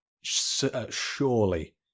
surely